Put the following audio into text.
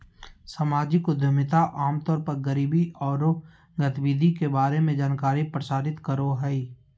सामाजिक उद्यमिता आम तौर पर गरीबी औरो गतिविधि के बारे में जानकारी प्रसारित करो हइ